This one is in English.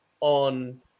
on